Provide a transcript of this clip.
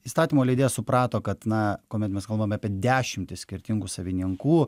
įstatymų leidėjas suprato kad na kuomet mes kalbam apie dešimtis skirtingų savininkų